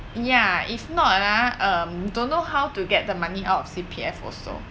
ya if not ah um don't know how to get the money out of C_P_F also